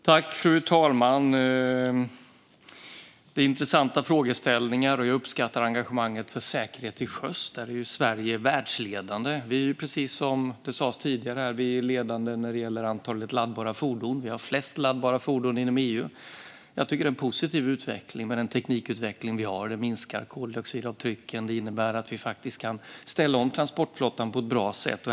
Fru talman! Detta är intressanta frågeställningar, och jag uppskattar engagemanget för säkerhet till sjöss. Där är Sverige världsledande. Precis som sas tidigare är vi i Sverige ledande när det gäller antalet laddbara fordon; vi har flest laddbara fordon inom EU. Jag tycker att den teknikutveckling vi har är positiv. Den minskar koldioxidavtrycken och innebär att vi kan ställa om transportflottan på ett bra sätt.